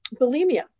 bulimia